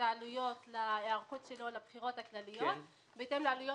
העלויות להיערכות שלו לבחירות הכלליות בהתאם לעלויות